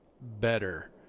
better